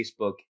Facebook